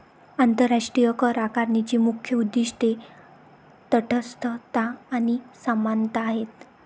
आंतरराष्ट्रीय करआकारणीची मुख्य उद्दीष्टे तटस्थता आणि समानता आहेत